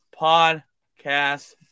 podcast